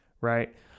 Right